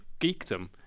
geekdom